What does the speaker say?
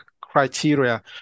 criteria